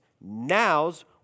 Now's